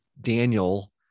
Daniel